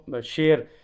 share